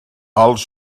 els